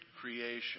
creation